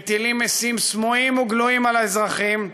מטילים מסים סמויים וגלויים על האזרחים,